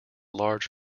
larger